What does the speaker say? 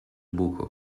buco